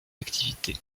activités